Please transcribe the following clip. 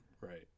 right